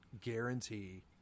guarantee